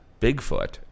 Bigfoot